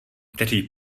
kteří